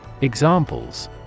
Examples